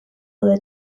daude